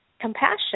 compassion